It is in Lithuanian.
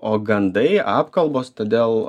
o gandai apkalbos todėl